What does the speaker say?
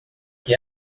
que